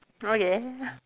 okay